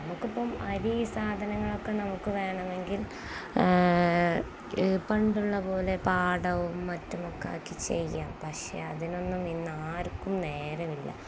നമുക്കിപ്പോള് അരി സാധനങ്ങളൊക്കെ നമുക്കു വേണമെങ്കിൽ പണ്ടുള്ള പോലെ പാടവും മറ്റുമൊക്കെയാക്കി ചെയ്യാം പക്ഷേ അതിനൊന്നും ഇന്ന് ആർക്കും നേരമില്ല